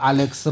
Alex